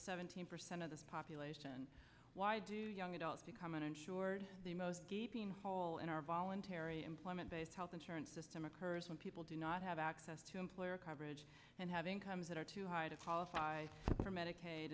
seventeen percent of the population why do young adults become an insured the most gaping hole in our voluntary employment based health insurance system occurs when people do not have access to employer coverage and have incomes that are too high to qualify for medicaid